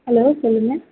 hello சொல்லுங்கள்